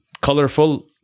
Colorful